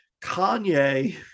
kanye